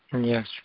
Yes